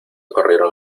corrieron